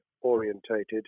orientated